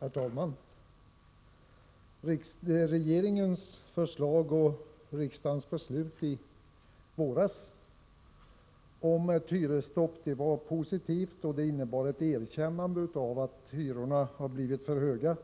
Herr talman! Regeringens förslag och riksdagens beslut i våras om ett hyresstopp var positivt och innebar ett erkännande av att hyrorna blivit för höga